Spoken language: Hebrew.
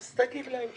ואז תגיד להם,